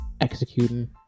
executing